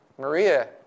Maria